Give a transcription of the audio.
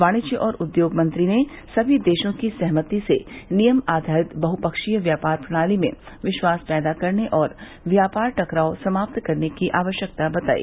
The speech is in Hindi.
वाणिज्य और उद्योग मंत्री ने सभी देशों की सहमति से नियम आधारित बहुफ्षीय व्यापार प्रणाली में विश्वास पैदा करने और व्यापार टकराव समाप्त करने की आवश्यकता बताई